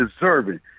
deserving